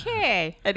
Okay